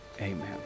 Amen